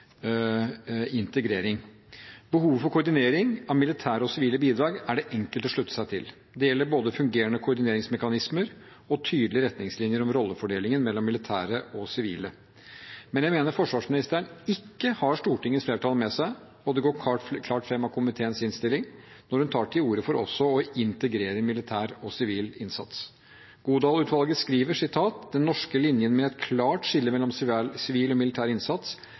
integrering. Behovet for koordinering av militære og sivile bidrag er det enkelt å slutte seg til. Det gjelder både fungerende koordineringsmekanismer og tydelige retningslinjer for rollefordelingen mellom militære og sivile. Men jeg mener forsvarsministeren ikke har Stortingets flertall med seg – og det går klart fram av komiteens innstilling – når hun tar til orde for også å integrere militær og sivil innsats. Godal-utvalget skriver: «Den norske linjen med et klart skille mellom sivil og militær innsats